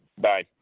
bye